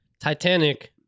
Titanic